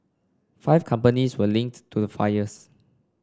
five companies were linked to the fires